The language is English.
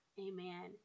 amen